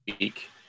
week